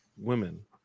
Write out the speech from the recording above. women